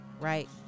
right